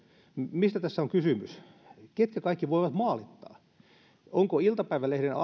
mistä tässä on kysymys ketkä kaikki voivat maalittaa jos iltapäivälehdellä